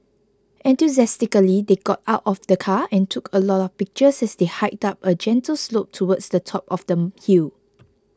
enthusiastically they got out of the car and took a lot of pictures as they hiked up a gentle slope towards the top of the hill